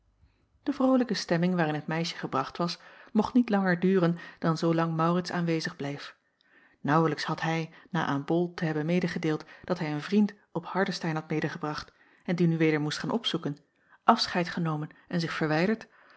de vrolijke stemming waarin het meisje gebracht was mocht niet langer duren dan zoo lang maurits aanwezig bleef naauwlijks had hij na aan bol te hebben medegedeeld dat hij een vriend op hardestein had medegebracht en dien nu weder moest gaan opzoeken afscheid genomen en zich verwijderd